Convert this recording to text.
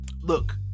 Look